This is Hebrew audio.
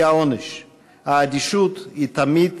היא העונש"; "האדישות היא תמיד